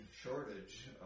shortage